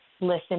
listen